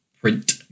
Print